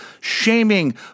shaming